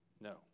No